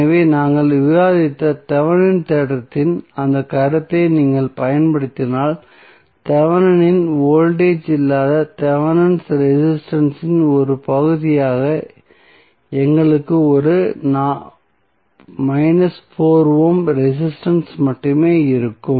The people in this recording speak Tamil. எனவே நாங்கள் விவாதித்த தெவெனின் தேற்றத்தின் அந்தக் கருத்தை நீங்கள் பயன்படுத்தினால் தெவெனின் வோல்டேஜ் இல்லாத தெவெனின் ரெசிஸ்டன்ஸ் இன் ஒரு பகுதியாக எங்களுக்கு ஒரு 4 ஓம் ரெசிஸ்டன்ஸ் மட்டுமே இருக்கும்